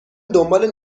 دنبال